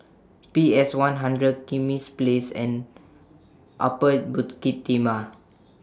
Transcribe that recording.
P S one hundred Kismis Place and Upper Bukit Timah